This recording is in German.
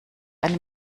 eine